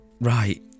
Right